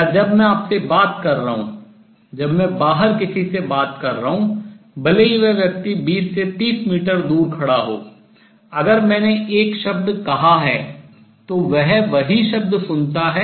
या जब मैं आपसे बात कर रहा हूँ जब मैं बाहर किसी से बात कर रहा हूँ भले ही वह व्यक्ति 20 30 मीटर दूर खड़ा हो अगर मैंने एक शब्द कहा है तो वह वही शब्द सुनता है